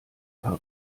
paar